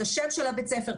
את שם בית הספר,